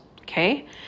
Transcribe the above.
okay